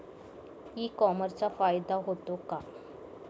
E कॉमर्सचा फायदा होतो का?